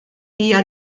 hija